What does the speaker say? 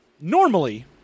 Normally